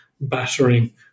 battering